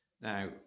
Now